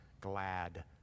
glad